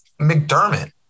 McDermott